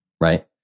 right